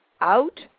out